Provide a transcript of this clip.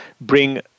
bring